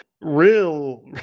real